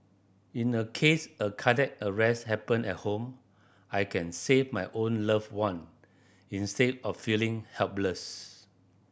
in the case a cardiac arrest happen at home I can save my own loved one instead of feeling helpless